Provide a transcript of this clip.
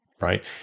right